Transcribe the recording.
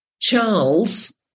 Charles